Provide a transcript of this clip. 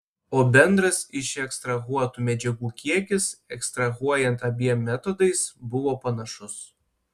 o bendras išekstrahuotų medžiagų kiekis ekstrahuojant abiem metodais buvo panašus